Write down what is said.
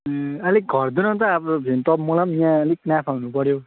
ए अलिक घटिदिनुन त त मलाई पनि यहाँ अलिक नाफा हुनुपर्यो